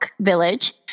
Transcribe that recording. village